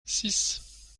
six